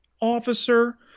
officer